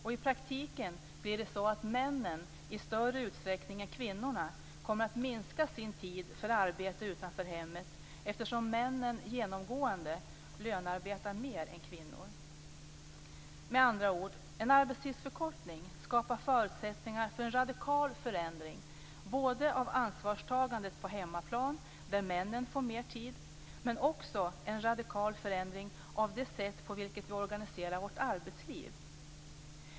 I praktiken kommer männen i större utsträckning än kvinnorna att minska sin tid för arbete utanför hemmet, eftersom männen genomgående lönearbetar mer än kvinnor. Med andra ord: En arbetstidsförkortning skapar förutsättningar för en radikal förändring av ansvarstagandet på hemmaplan när männen får mer tid och också för en radikal förändring av det sätt på vilket vi organiserar vårt arbetsliv.